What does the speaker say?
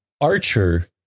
Archer